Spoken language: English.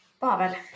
Pavel